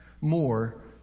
more